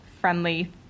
friendly